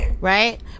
right